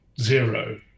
zero